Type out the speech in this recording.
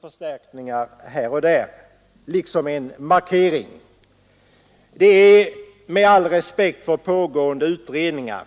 förstärkningar här och där, som en markering. Det råder, med all respekt för pågående utredningar,